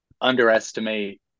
underestimate